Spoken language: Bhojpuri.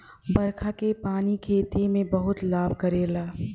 बरखा के पानी खेती में बहुते लाभ करेला